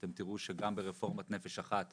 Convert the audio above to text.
אתם תראו שגם ברפורמת נפש אחת,